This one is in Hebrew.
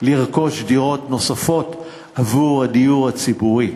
לרכוש דירות נוספות עבור הדיור הציבורי.